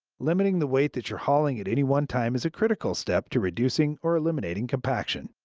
limiting the weight that you're hauling at any one time is a critical step to reducing or eliminating compaction.